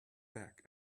back